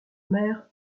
mer